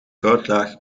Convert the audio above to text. goudlaag